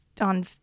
on